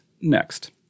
next